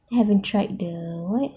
haven't tried the what